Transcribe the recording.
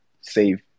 save